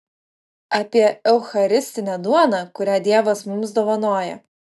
apie eucharistinę duoną kurią dievas mums dovanoja